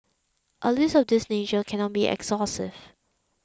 a list of this nature cannot be exhaustive